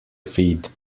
feed